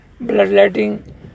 bloodletting